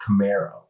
Camaro